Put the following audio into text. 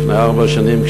לפני ארבע שנים,